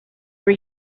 were